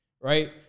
right